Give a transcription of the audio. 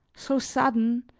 so sudden,